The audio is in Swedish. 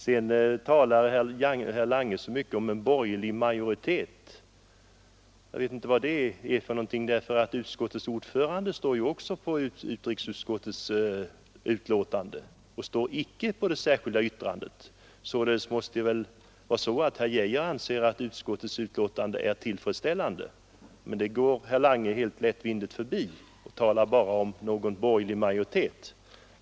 Sedan talar herr Lange så mycket om en borgerlig majoritet. Men utskottets ordförande står ju också för utrikesutskottets betänkande och står icke för det särskilda yttrandet. Således måste väl herr Geijer anse att utskottets betänkande är tillfredsställande. Men det går herr Lange helt lättvindigt förbi; han talar bara om en borgerlig majoritet.